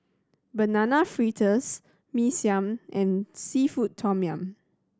Banana Fritters Mee Siam and seafood tom yum